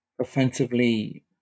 offensively